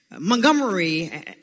Montgomery